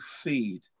feed